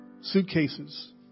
suitcases